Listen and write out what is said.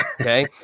Okay